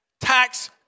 tax